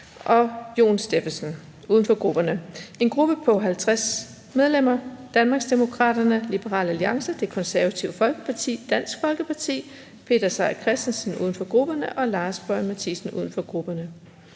og Jon Stephensen (UFG); en gruppe på 50 medlemmer: Danmarksdemokraterne, Liberal Alliance, Det Konservative Folkeparti, Dansk Folkeparti, Peter Seier Christensen (UFG) og Lars Boje Mathiesen (UFG); og en